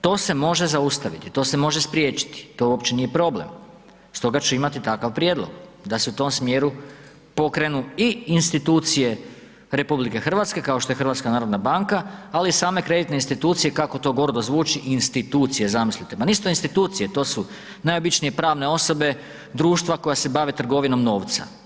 To se može zaustaviti, to se može spriječiti, to uopće nije problem stoga ću imati takav prijedlog, da se u tom smjeru pokrenu i institucije RH kao što je HNB ali i same kreditne institucije kako to gordo zvuči, institucije zamislite, ma nisu to institucije, to su najobičnije pravne osobe, društva koja se bave trgovinom novca.